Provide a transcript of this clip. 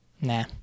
Nah